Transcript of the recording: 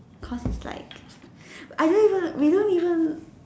cause it's like I don't even we don't even